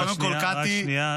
רק שנייה.